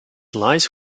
lies